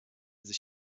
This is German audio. sich